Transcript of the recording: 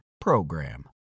PROGRAM